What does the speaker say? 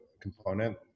component